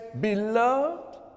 Beloved